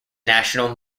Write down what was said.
national